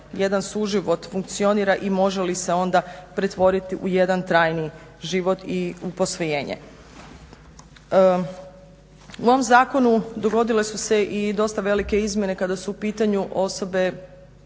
jedan suživot funkcionira i može li se onda pretvoriti u jedan trajni život i u posvojenje. U ovom zakonu dogodile su se i dosta velike izmjene kada su u pitanju osobe